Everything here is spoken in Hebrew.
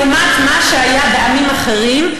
גם אם משווים לעומת מה שהיה בעמים אחרים,